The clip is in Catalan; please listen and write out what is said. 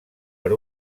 per